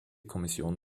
kommission